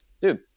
Dude